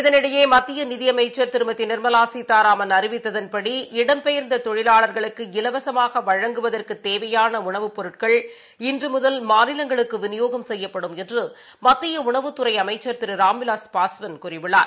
இதனிடையேமத்தியநிதிஅமைச்சர் திருமதிநிர்மலாசீதாராமன் அறிவித்ததன்படி இடம்பெயர்ந்ததொழிலாளர்களுக்கு இலவசமாகவழங்குவதற்குத் தேவையாளஉணவுப் பொருட்கள் இன்றுமுதல் மாநிலங்களுக்குவிநியோகம் செய்யப்படும் என்றுமத்தியஉணவுத்துறைஅமைச்ச் திருராம்விலாஸ் பாஸ்வான் கூறியுள்ளார்